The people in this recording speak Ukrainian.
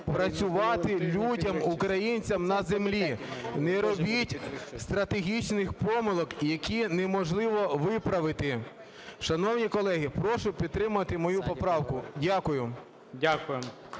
працювати людям, українцям, на землі. Не робіть стратегічних помилок, які неможливо виправити. Шановні колеги, прошу підтримати мою поправку. Дякую.